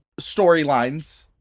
storylines